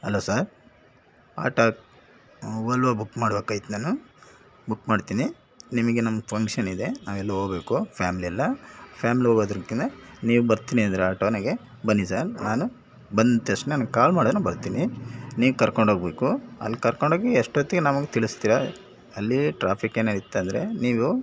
hello sir auto ಓಲ್ವೋ book ಮಾಡ್ಬೇಕಾಗಿತ್ತು ನಾನು ಬುಕ್ ಮಾಡ್ತೀನಿ ನಿಮಗೆ ನಮ್ಗೆ ಫಂಕ್ಷನ್ನಿದೆ ನಾವೆಲ್ಲೋ ಹೋಬೇಕು ಫ್ಯಾಮ್ಲಿ ಎಲ್ಲ ಫ್ಯಾಮ್ಲಿ ಹೋಗೋದುಕ್ಕೆ ನೀವು ಬರ್ತೀನಿ ಅಂದಿರಿ ಆಟೋನಾಗೆ ಬನ್ನಿ ಸರ್ ನಾನು ಬಂದ ತಕ್ಷಣ ನೀವು ಕಾಲ್ ಮಾಡಿದ್ರೆ ನಾ ಬರ್ತೀನಿ ನೀವು ಕರ್ಕೊಂಡೋಗಬೇಕು ಅಲ್ಲಿ ಕರ್ಕೊಂಡೋಗಿ ಎಷ್ಟೊತ್ತಿಗೆ ನಮಗೆ ತಿಳಿಸ್ತೀರಾ ಅಲ್ಲಿ ಟ್ರಾಫಿಕ್ ಏನಾದರೂ ಇತ್ತಂದರೆ ನೀವು